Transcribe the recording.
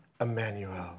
Emmanuel